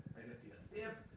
see a stamp.